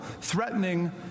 threatening